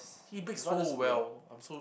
he bakes so well I'm so